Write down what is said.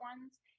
ones